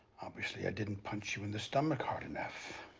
obviously, i didn't punch you in the stomach hard enough.